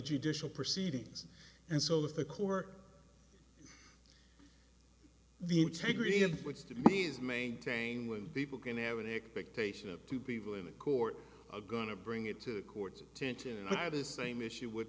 judicial proceedings and so is the court the integrity of which to me is maintained when people can have an expectation of two people in a court are going to bring it to the court's attention and i have the same issue with